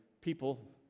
people